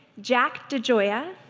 jack degioia,